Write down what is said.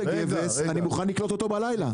אני מוכן לקלוט אותו בלילה.